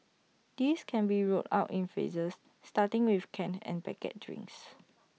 this can be rolled out in phases starting with canned and packet drinks